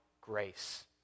grace